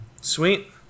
sweet